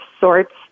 sorts